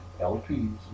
LPs